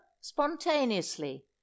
spontaneously